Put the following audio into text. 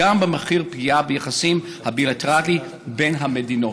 במחיר פגיעה ביחסים הבילטרליים בין המדינות.